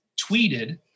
tweeted